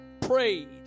prayed